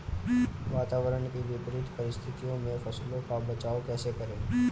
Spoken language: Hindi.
वातावरण की विपरीत परिस्थितियों में फसलों का बचाव कैसे करें?